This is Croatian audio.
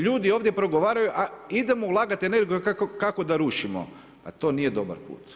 Ljudi ovdje prigovaraju a idemo ulagati energiju kako da rušimo, pa to nije dobar put.